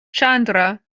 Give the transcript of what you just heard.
chandra